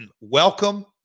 welcome